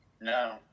no